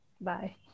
Bye